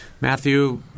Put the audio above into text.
Matthew